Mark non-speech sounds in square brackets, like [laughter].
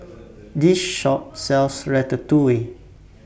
[noise] This Shop sells Ratatouille